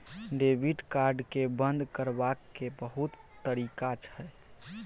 debit card केँ बंद करबाक बहुत तरीका छै